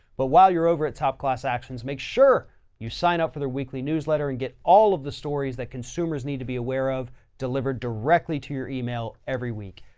but while you're over at top class actions, make sure you sign up for their weekly newsletter and get all of the stories that consumers need to be aware of delivered directly to your email every week.